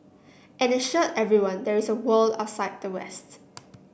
and assured everyone there is a world outside the